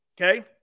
okay